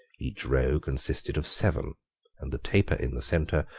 each row consisted of seven and the taper in the centre,